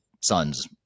son's